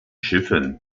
schiffen